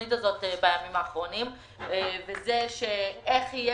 התוכנית הזאת בימים האחרונים לגבי השאלה איך יהיה